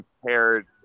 compared